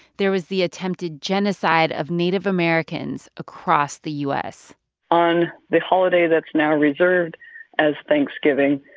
there was the attempted genocide of native americans across the u s on the holiday that's now reserved as thanksgiving,